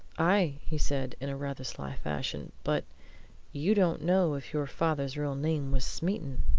aye! he said, in a rather sly fashion. but you don't know if your father's real name was smeaton!